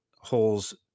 holes